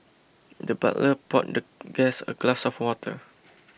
the butler poured the guest a glass of water